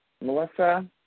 Melissa